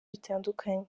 bitandukanye